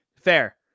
fair